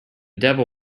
devil